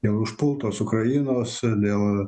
dėl užpultos ukrainos dėl